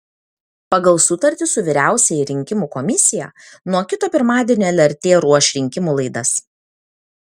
pagal sutartį su vyriausiąja rinkimų komisija nuo kito pirmadienio lrt ruoš rinkimų laidas